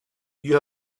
you